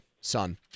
son